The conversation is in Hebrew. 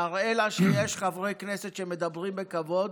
נראה לה שיש חברי כנסת שמדברים בכבוד.